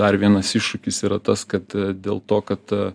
dar vienas iššūkis yra tas kad dėl to kad